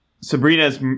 Sabrina's